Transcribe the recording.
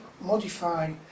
modify